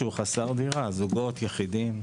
זוגות יחידים?